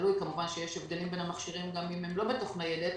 כמובן יש הבדלים בין המכשירים גם אם הם לא בתוך ניידת